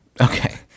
Okay